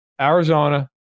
Arizona